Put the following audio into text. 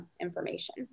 information